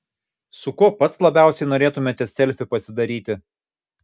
su kuo pats labiausiai norėtumėte selfį pasidaryti